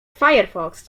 firefox